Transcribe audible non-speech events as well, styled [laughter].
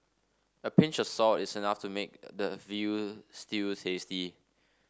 a [noise] pinch of salt is enough to make [unintelligible] the veal stew tasty